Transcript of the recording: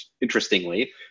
interestingly